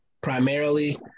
primarily